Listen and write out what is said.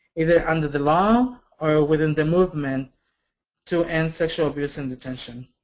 either under the law or within the movement to end sexual abuse in detention.